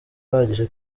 uhagije